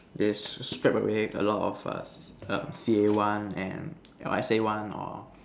they scrap away a lot of err C_A one and your S_A one or